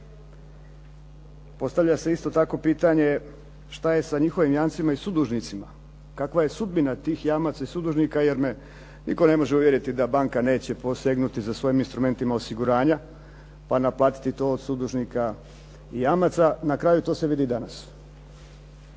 Postavlja se isto tako pitanje šta je sa njihovim jamcima i sudužnicima? Kakva je sudbina tih jamaca i sudužnika, jer me nitko ne može uvjeriti da banka neće posegnuti za svojim instrumentima osiguranja pa naplatiti to od sudužnika i jamaca. Na kraju to se vidi danas.